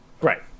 Right